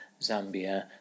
Zambia